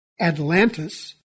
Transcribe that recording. Atlantis